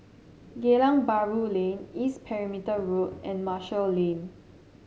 Geylang Bahru Lane East Perimeter Road and Marshall Lane